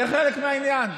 זה חלק מהעניין.